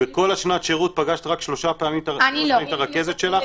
בכל שנת השירות פגשת רק שלוש פעמים את הרכזת שלך?